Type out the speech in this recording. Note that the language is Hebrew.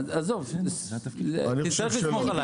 עזוב, תצטרך לסמוך עליי.